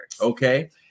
Okay